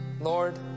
Lord